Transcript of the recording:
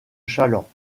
challans